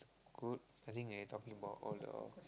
good I think they talking about all the